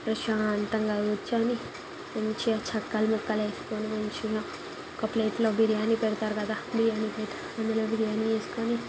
ప్రశాంతంగా కూర్చొని మంచిగా కక్కలు ముక్కలు వేసుకొని మంచిగా ఒక ప్లేట్లో బిర్యాని పెడతారు కదా బిర్యానీ అందులో బిర్యానీ వేసుకొని